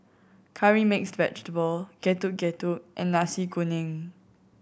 Curry Mixed Vegetable Getuk Getuk and Nasi Kuning